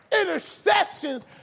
Intercessions